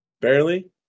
barely